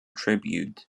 tribute